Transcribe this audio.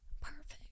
Perfect